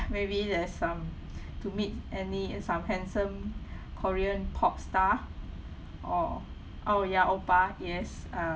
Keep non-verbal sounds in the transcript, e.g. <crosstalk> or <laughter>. maybe there's some <breath> to meet any some handsome <breath> korean pop star or oh ya oppa yes uh